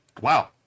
wow